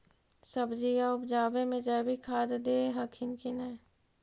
सब्जिया उपजाबे मे जैवीक खाद दे हखिन की नैय?